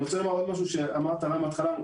אמרת תל"ן בהתחלה,